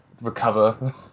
recover